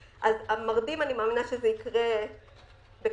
המרדים, אני מאמינה שזה יקרה בקלות.